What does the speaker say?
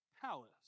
palace